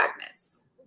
Agnes